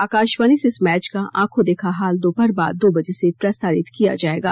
आकाशवाणी से इस मैच का आंखों देखा हाल दोपहर बाद दो बजे से प्रसारित किया जाएगा